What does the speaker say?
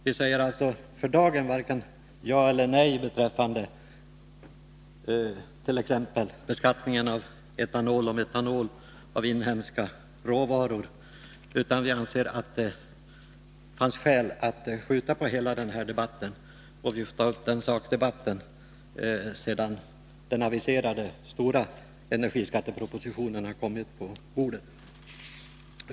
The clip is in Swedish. Vi säger alltså för dagen varken ja eller nej beträffande t.ex. beskattningen av etanol och metanol från inhemska råvaror, utan vi anser att det finns skäl att skjuta på hela den här debatten. Vi får ta upp sakdebatten sedan den aviserade stora energiskattepropositionen har kommit på bordet.